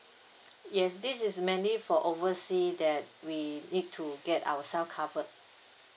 yes this is mainly for oversea that we need to get ourself covered